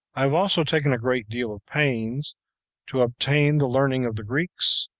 i have also taken a great deal of pains to obtain the learning of the greeks,